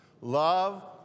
Love